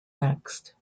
next